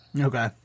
Okay